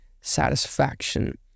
satisfaction